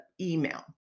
email